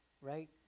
right